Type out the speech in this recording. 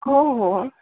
हो हो